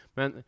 Men